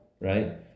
Right